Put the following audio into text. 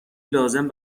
لازم